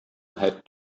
had